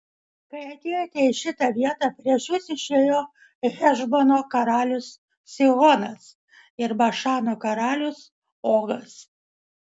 kai atėjote į šitą vietą prieš jus išėjo hešbono karalius sihonas ir bašano karalius ogas